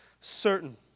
certain